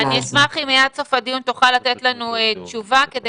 אני אשמח אם עד סוף הדיון היא תוכל לתת לנו תשובה כדי